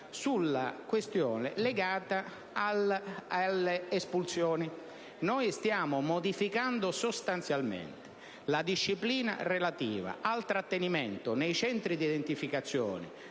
sulla questione legata alle espulsioni. Noi stiamo modificando sostanzialmente la disciplina relativa al trattenimento degli irregolari nei centri di identificazione,